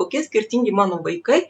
kokie skirtingi mano vaikai